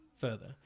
further